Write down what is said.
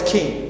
King